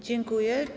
Dziękuję.